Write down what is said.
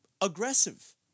aggressive